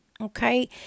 okay